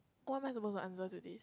what am I supposed to answer to this